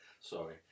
Sorry